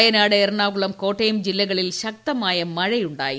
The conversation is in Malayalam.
വയനാട് എറണാകുളം കോട്ടയം ജില്ലകളിൽ ശക്തമായ മഴയു ായി